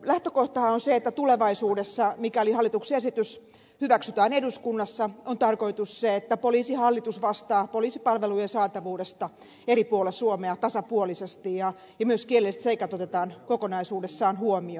lähtökohtahan on se että tulevaisuudessa mikäli hallituksen esitys hyväksytään eduskunnassa on tarkoitus se että poliisihallitus vastaa poliisipalvelujen saatavuudesta eri puolilla suomea tasapuolisesti ja myös kielelliset seikat otetaan kokonaisuudessaan huomioon